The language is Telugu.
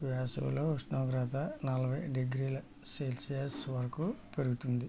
వేసవిలో ఉష్ణోగ్రత నలభై డిగ్రీల సెల్సియస్ వరకు పెరుగుతుంది